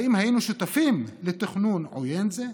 האם היינו שותפים לתכנון עוין זה?